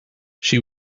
she